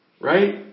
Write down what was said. Right